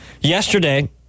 Yesterday